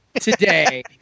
today